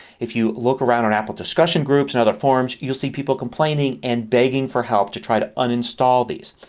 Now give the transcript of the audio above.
if you look around on apple discussion groups and other forums you'll see people complaining and begging for help to try to uninstall these.